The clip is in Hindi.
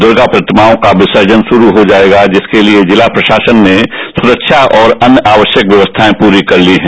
दुर्गा प्रतिमाओं का विसर्जन श्रुरू हो जाएगा जिसके लिए जिला प्रशासन ने सुख्शा और अन्य आवश्यक व्यवस्थाएं पूरी कर ली है